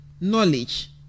knowledge